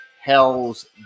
Hell's